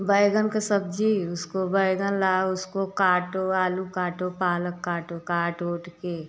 बैगन का सब्जी उसको बैगन लाओ उसको काटो आलू काटो पालक काटो काट ओट के